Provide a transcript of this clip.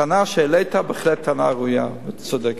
הטענה שהעלית היא בהחלט טענה ראויה וצודקת.